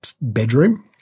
bedroom